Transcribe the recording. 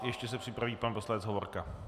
Ještě se připraví pan poslanec Hovorka.